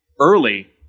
early